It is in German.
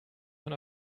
von